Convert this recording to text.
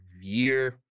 year